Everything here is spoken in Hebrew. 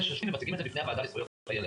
ששותפים ומציגים את זה בפני הוועדה לזכויות הילד.